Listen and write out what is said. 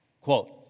quote